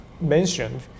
mentioned